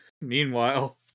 Meanwhile